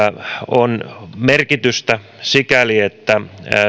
on merkitystä sikäli että